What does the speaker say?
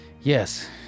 Yes